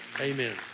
Amen